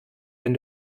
wenn